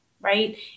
right